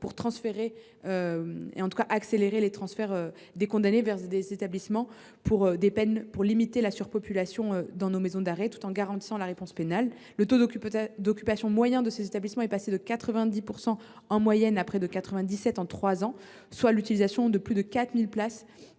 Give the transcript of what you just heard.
d’accélérer les transferts des condamnés vers les établissements pour peine afin de limiter la surpopulation de nos maisons d’arrêt, tout en garantissant la réponse pénale. Le taux d’occupation de ces établissements est passé de 90 % en moyenne à près de 97 % en trois ans, avec l’utilisation de plus de 4 000 places